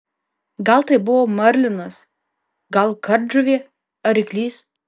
gal tai buvo marlinas gal kardžuvė ar ryklys